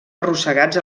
arrossegats